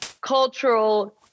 cultural